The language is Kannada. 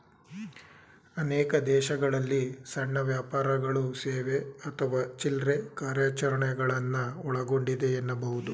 ಅನೇಕ ದೇಶಗಳಲ್ಲಿ ಸಣ್ಣ ವ್ಯಾಪಾರಗಳು ಸೇವೆ ಅಥವಾ ಚಿಲ್ರೆ ಕಾರ್ಯಾಚರಣೆಗಳನ್ನ ಒಳಗೊಂಡಿದೆ ಎನ್ನಬಹುದು